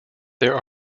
there